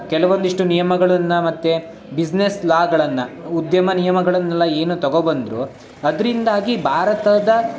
ಕೆಲವೊಂದಿಷ್ಟು ನಿಯಮಗಳನ್ನು ಮತ್ತು ಬಿಸ್ನೆಸ್ ಲಾಗಳನ್ನು ಉದ್ಯಮ ನಿಯಮಗಳನ್ನೆಲ್ಲ ಏನು ತೊಗೊಬಂದ್ರು ಅದರಿಂದಾಗಿ ಭಾರತದ